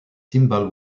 cymbal